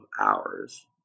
hours